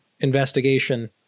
investigation